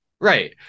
Right